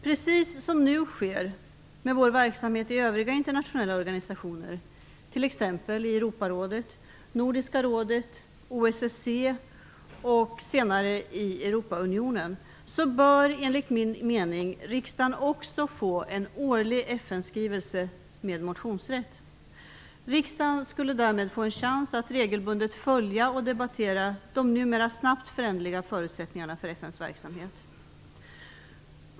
Precis som nu sker med vår verksamhet i övriga internationella organisationer, t.ex. i Europarådet, Nordiska rådet, OSSE och senare i Europaunionen, bör enligt min mening riksdagen också få en årlig Riksdagen skulle därmed få en chans att regelbundet följa och debattera de numera snabbt föränderliga förutsättningarna för FN:s verksamhet.